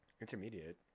Intermediate